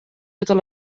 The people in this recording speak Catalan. totes